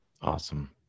Awesome